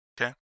Okay